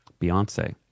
beyonce